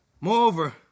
Moreover